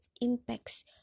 impacts